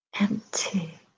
empty